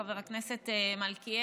חבר הכנסת מלכיאלי,